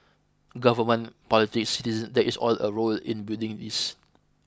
government politics citizens there is all a role in building this